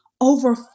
Over